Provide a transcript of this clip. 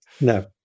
No